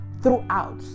throughout